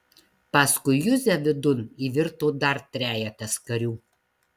paskui juzę vidun įvirto dar trejetas karių